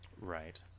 right